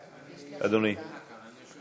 אדוני, אני יושב,